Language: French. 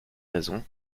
raisons